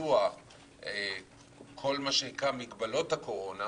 ביצוע מגבלות הקורונה.